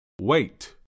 wait